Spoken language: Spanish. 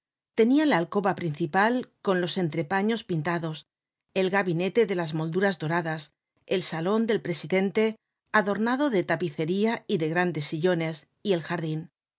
tenia la alcoba principal con los entrepaños pintados el gabinete de las molduras doradas el salon del presidente adornado de tapicería y de grandes sillones y el jardin